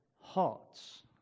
hearts